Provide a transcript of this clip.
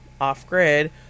off-grid